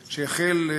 שהחל,